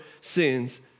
sins